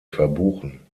verbuchen